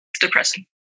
depressing